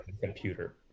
computer